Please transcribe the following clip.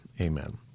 amen